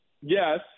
yes